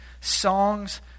songs